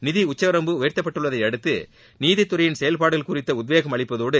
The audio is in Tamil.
நிதி உச்சவரம்பு உயர்த்தப்பட்டுள்ளதையடுத்து நீதித்துறையின் செயல்பாடுகள் குறித்து உத்வேகம் அளிப்பதோடு